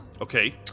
Okay